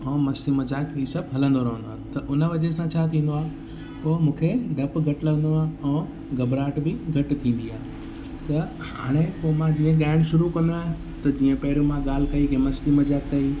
ऐं मस्ती मज़ाक़ हीउ सभु हलंदो रहंदो आहे त उन वजह सां छा थींदो आहे पोइ मूंखे डपु घटि लॻंदो आहे और घॿराहट बि घटि थींदी आहे त हाणे पोइ मां जीअं ॻाइणु शुरू कंदो आहियां त जीअं पहिरियों मां ॻाल्हि कई की मस्ती मज़ाक़ कई